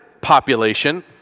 population